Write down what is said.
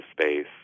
space